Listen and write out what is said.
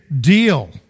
deal